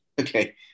okay